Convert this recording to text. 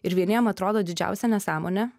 ir vieniem atrodo didžiausia nesąmonė